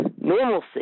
normalcy